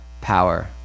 Power